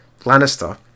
Lannister